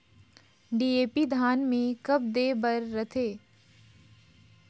DAP धान मे कब दे बर रथे?